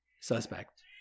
suspect